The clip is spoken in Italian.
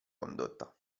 condotta